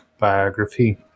biography